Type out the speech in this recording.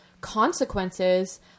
consequences